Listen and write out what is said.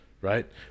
right